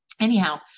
anyhow